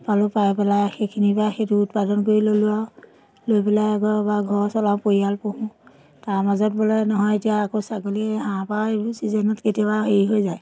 পালোঁ পাই পেলাই সেইখিনিৰ পৰা সেইটো উৎপাদন কৰি ল'লোঁ আৰু লৈ পেলাই আকৌ আমাৰ ঘৰ চলাওঁ পৰিয়াল পুহোঁ তাৰ মাজত বোলে নহয় এতিয়া আকৌ ছাগলী হাঁহ পাৰ এইবোৰ চিজনত কেতিয়াবা হেৰি হৈ যায়